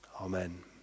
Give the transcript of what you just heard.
Amen